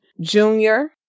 Junior